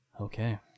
Okay